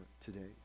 today